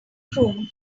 chrome